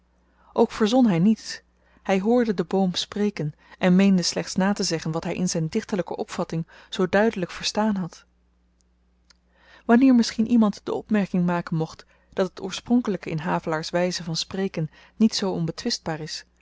ook verzon hy niets hy hoorde den boom spreken en meende slechts natezeggen wat hy in zyn dichterlyke opvatting zoo duidelyk verstaan had wanneer misschien iemand de opmerking maken mocht dat het oorspronkelyke in havelaars wyze van spreken niet zoo onbetwistbaar is